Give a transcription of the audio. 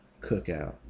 cookout